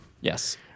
Yes